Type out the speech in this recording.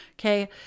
okay